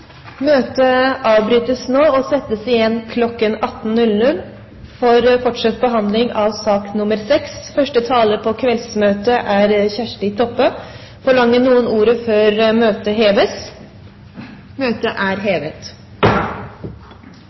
Møtet avbrytes nå, og nytt møte settes kl. 18 for fortsatt behandling av sak nr. 6. Forlanger noen ordet før møtet heves? – Møtet er hevet.